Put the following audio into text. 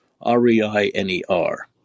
R-E-I-N-E-R